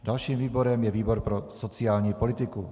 Dalším výborem je výbor pro sociální politiku.